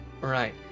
right